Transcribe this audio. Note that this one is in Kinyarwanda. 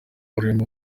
irimo